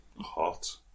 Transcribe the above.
hot